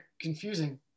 confusing